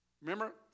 Remember